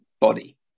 body